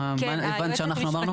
מה הבנת שאנחנו אמרנו?